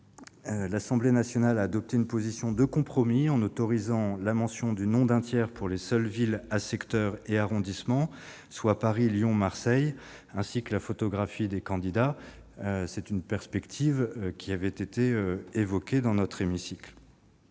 l'Assemblée nationale a adopté une position de compromis en autorisant la mention du nom d'un tiers pour les seules villes à secteurs et arrondissements- Paris, Lyon, Marseille -, ainsi que la photographie des candidats. Une telle perspective avait été évoquée dans cet hémicycle.